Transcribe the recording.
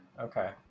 okay